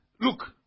Look